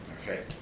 Okay